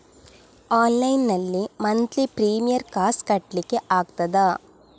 Online ನಲ್ಲಿ monthly premium ಕಾಸ್ ಕಟ್ಲಿಕ್ಕೆ ಆಗ್ತದಾ?